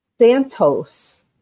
Santos